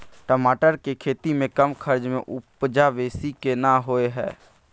टमाटर के खेती में कम खर्च में उपजा बेसी केना होय है?